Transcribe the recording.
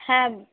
হ্যাঁ